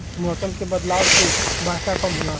मौसम के बदलाव से बरखा कम होला